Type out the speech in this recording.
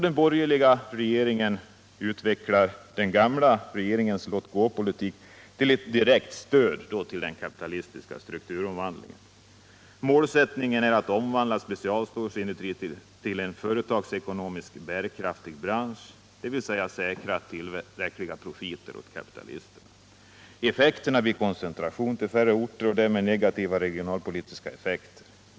Den borgerliga regeringen utvecklar den gamla regeringens låt-gå-politik till ett direkt stöd åt den kapitalistiska strukturomvandlingen. Målsättningen är att omvandla specialstålindustrin till en företagsekonomiskt bärkraftig bransch, dvs. att säkra tillräckliga profiter för kapitalisterna. Följderna blir koncentration till färre orter och därmed negativa regionalpolitiska effekter.